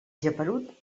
geperut